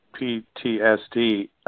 PTSD